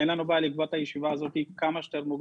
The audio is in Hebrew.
אין לנו בעיה לקבוע את הישיבה הזאת כמה שיותר מוקדם,